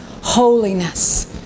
holiness